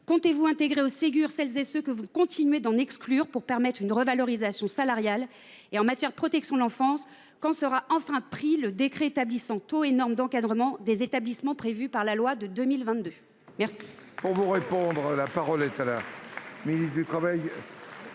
Comptez vous intégrer au Ségur celles et ceux que vous continuez d’en exclure pour permettre une revalorisation salariale ? Enfin, en matière de protection de l’enfance, quand le décret établissant les taux et normes d’encadrement des établissements, prévu par la loi de 2022, sera